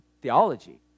theology